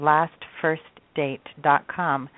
LastFirstDate.com